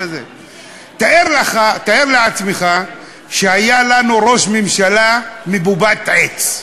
תאר לעצמך שהיה לנו ראש ממשלה מבובת עץ,